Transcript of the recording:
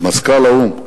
ומזכ"ל האו"ם.